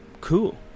cool